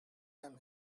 them